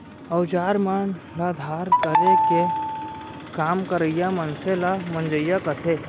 अउजार मन ल धार करे के काम करइया मनसे ल मंजइया कथें